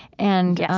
and, yeah